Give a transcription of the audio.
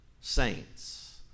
saints